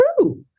true